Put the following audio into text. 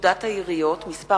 פקודת העיריות (מס'